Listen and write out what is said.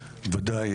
ודאי.